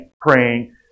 praying